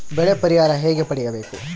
ಬೆಳೆ ಪರಿಹಾರ ಹೇಗೆ ಪಡಿಬೇಕು?